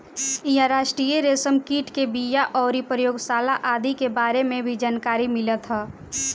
इहां राष्ट्रीय रेशम कीट के बिया अउरी प्रयोगशाला आदि के बारे में भी जानकारी मिलत ह